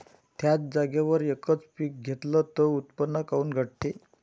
थ्याच जागेवर यकच पीक घेतलं त उत्पन्न काऊन घटते?